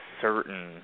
certain